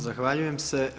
Zahvaljujem se.